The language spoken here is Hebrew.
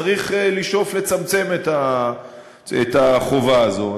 צריך לשאוף לצמצם את החובה הזו.